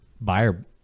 buyer